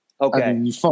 okay